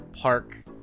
park